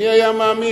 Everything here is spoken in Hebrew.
מי היה מאמין,